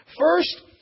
First